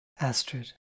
Astrid